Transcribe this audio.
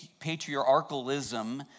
patriarchalism